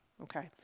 okay